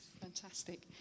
Fantastic